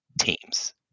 teams